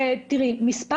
השאלה היא מה מספר